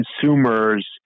consumers